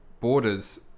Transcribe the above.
borders